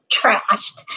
trashed